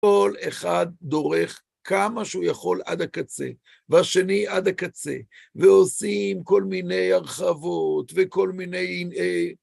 כל אחד דורך כמה שהוא יכול עד הקצה, והשני עד הקצה, ועושים כל מיני הרחבות וכל מיני...